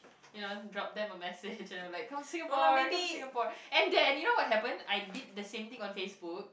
you know drop them a message like come to Singapore come to Singapore and then you know what happened I did the same thing on Facebook